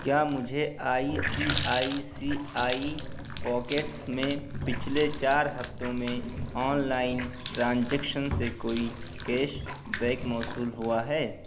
کیا مجھے آئی سی آئی سی آئی پوکیٹس میں پچھلے چار ہفتوں میں آن لائن ٹرانجیکشن سے کوئی کیش بیک موصول ہوا ہے